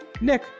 Nick